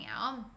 out